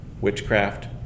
witchcraft